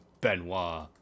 Benoit